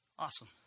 Awesome